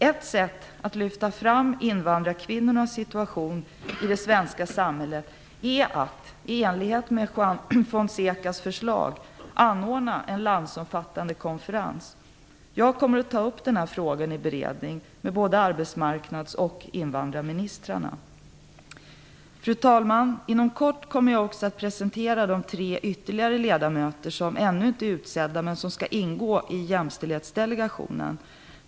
Ett sätt att lyfta fram invandrarkvinnornas situation i det svenska samhället är att i enlighet med Juan Fonsecas förslag anordna en landsomfattande konferens. Jag kommer att ta upp frågan i beredning med både arbetsmarknads och invandrarministern. Fru talman! Inom kort kommer jag att presentera de tre ytterligare ledamöter som ännu inte är utsedda men som skall ingå i Jämställdhetsdelegationen.